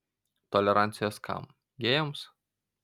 tolerancijos kam gėjams